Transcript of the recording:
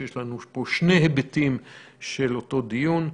יש לנו פה שני היבטים של אותו דיון.